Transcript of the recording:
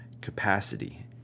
capacity